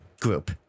group